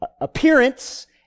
appearance